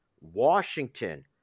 Washington –